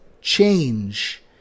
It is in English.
change